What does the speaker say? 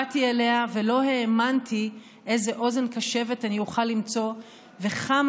באתי אליה ולא האמנתי איזה אוזן קשבת אני אוכל למצוא וכמה